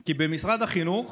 כי במשרד החינוך